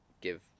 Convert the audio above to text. give